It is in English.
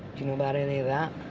you know about any of that?